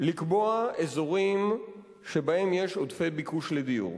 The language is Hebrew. לקבוע אזורים שבהם יש עודפי ביקוש לדיור.